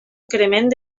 increment